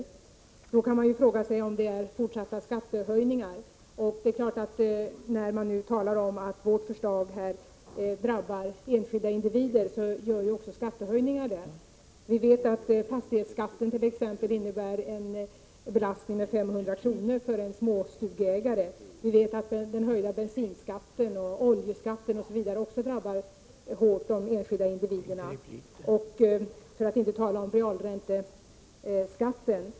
Då kan man undra om det blir fortsatta skattehöjningar. Man talar om att vårt förslag drabbar enskilda individer, men det gör ju också skattehöjningar. Fastighetsskatten t.ex. innebär en belastning med 500 kr. för en småstugeägare. Vi vet att den höjda 93 bensinskatten, oljeskatten osv. drabbar de enskilda individerna hårt, för att inte tala om realränteskatten.